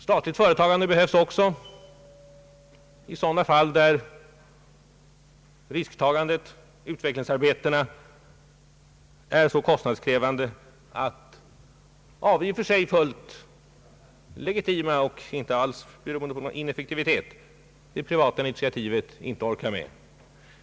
Statligt företagande behövs också i sådana fall där risktagandet och utvecklingsarbete na — i och för sig fullt legitimt och inte alls beroende på någon ineffektivitet — är så kostnadskrävande att den privata företagsamheten inte orkar bära dem.